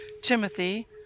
Timothy